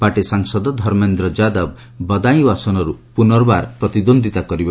party ସାଂସଦ ଧର୍ମେନ୍ଦ୍ର ଯାଦବ ବଦାୟୁଁ ଆସନରୁ ପୁନର୍ବାର ପ୍ରତିଦ୍ୱନ୍ଦ୍ୱିତା କରିବେ